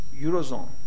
eurozone